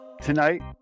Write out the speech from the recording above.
tonight